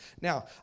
Now